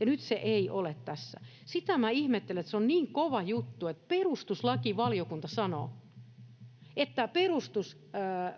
Ja nyt se ei ole tässä. Sitä minä ihmettelen, että kun se on niin kova juttu, että perustuslakivaliokunta sanoo, että